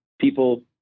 people